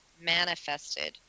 manifested